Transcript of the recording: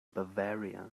bavaria